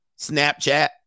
Snapchat